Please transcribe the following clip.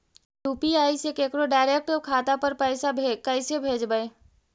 UPI से केकरो direct खाता पर पैसा कैसे भेजबै?